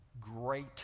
great